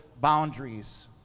boundaries